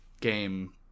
game